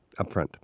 Upfront